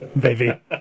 baby